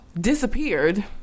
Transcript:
disappeared